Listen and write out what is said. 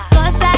Cause